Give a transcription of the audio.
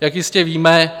Jak jistě víme,